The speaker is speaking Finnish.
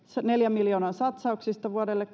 neljän miljoonan satsauksista vuodelle